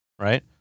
Right